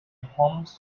palms